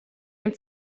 dem